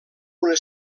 una